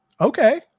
okay